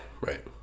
right